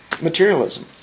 materialism